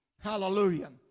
Hallelujah